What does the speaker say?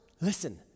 Listen